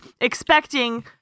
expecting